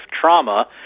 trauma